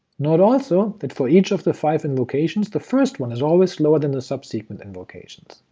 note also that for each of the five invocations the first one is always slower than the subsequent invocations.